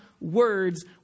words